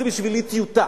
זה בשבילי טיוטה.